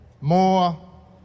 more